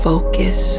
focus